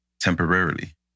temporarily